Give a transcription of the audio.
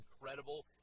incredible